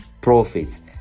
profits